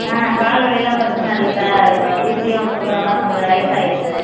ஆ கால் வலியெலாம் பிரச்சின இல்லை சார் இந்த பிபியும் ஷுகரும் தான் கொஞ்சம் ரைஸ் ஆகிருக்கு